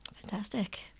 Fantastic